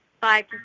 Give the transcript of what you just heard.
five